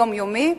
יומיומי,